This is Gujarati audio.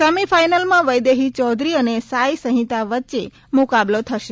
સેમીફાઇનલમાં વૈદેહી ચોધરી અને સાઇ સહિંતા વચ્ચે મુકબલો થશે